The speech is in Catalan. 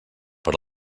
per